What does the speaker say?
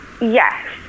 yes